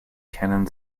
cannon